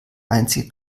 einzige